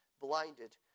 Blinded